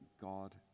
God